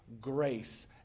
grace